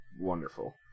wonderful